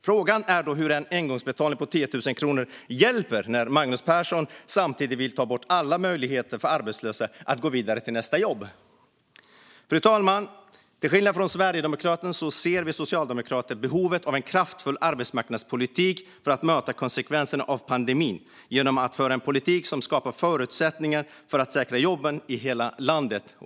Frågan är då hur en engångsutbetalning på 10 000 kronor hjälper, när Magnus Persson samtidigt vill ta bort alla möjligheter för arbetslösa att gå vidare till nästa jobb. Fru talman! Till skillnad från Sverigedemokraterna ser vi socialdemokrater behovet av en kraftfull arbetsmarknadspolitik för att möta konsekvenserna av pandemin genom att föra en politik som skapar förutsättningar för att säkra jobben i hela landet.